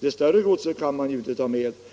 det gäller större väskor.